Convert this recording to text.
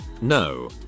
no